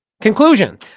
Conclusion